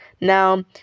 Now